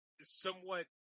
somewhat